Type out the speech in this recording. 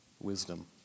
wisdom